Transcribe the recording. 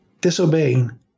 disobeying